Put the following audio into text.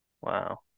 Wow